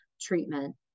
treatment